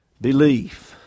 Belief